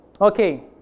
Okay